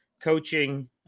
coaching